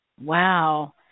Wow